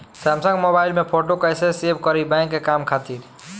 Samsung mobile में photo कैसे save करीं बैंक के काम खातिर?